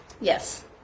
yes